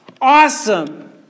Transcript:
awesome